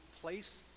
place